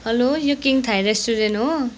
hello यो King Thai restaurant हो